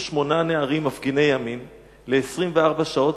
שמונה נערים מפגיני ימין ל-24 שעות,